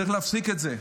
צריך להפסיק את זה.